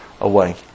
away